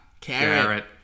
Carrot